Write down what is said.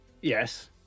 Yes